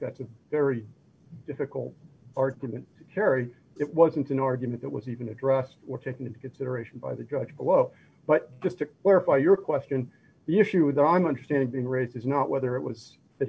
that's a very difficult argument to carry it wasn't an argument that was even addressed or taken into consideration by the judge below but just to clarify your question the issue there i'm understanding being raised is not whether it was that